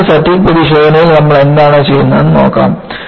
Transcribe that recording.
ഇപ്പോൾ ഒരു ഫാറ്റിഗ് പരിശോധനയിൽ നമ്മൾ എന്താണ് ചെയ്യുന്നതെന്ന് നോക്കാം